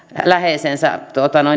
läheisensä